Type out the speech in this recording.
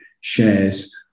shares